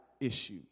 issue